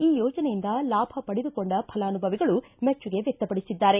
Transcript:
ಈ ಯೋಜನೆಯಿಂದ ಲಾಭ ಪಡೆದುಕೊಂಡ ಫಲಾನುಭವಿಗಳು ಮೆಚ್ಚುಗೆ ವ್ಯಕ್ತಪಡಿಸಿದ್ದಾರೆ